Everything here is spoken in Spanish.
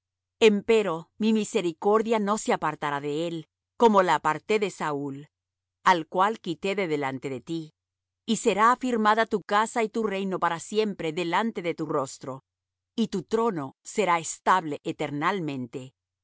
hombres empero mi misericordia no se apartaré de él como la aparté de saúl al cual quité de delante de ti y será afirmada tu casa y tu reino para siempre delante de tu rostro y tu trono será estable eternalmente